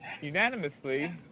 unanimously